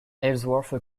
ellsworth